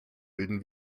bilden